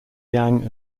yang